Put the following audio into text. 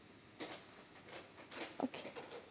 okay